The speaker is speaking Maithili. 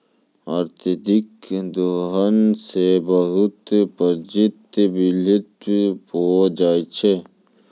अत्यधिक दोहन सें बहुत प्रजाति विलुप्त होय जाय छै